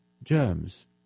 Germs